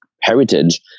heritage